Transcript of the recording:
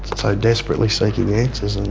so desperately seeking answers,